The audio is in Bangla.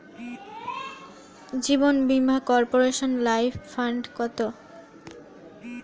জীবন বীমা কর্পোরেশনের লাইফ ফান্ড কত?